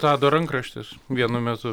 tado rankraštis vienu metu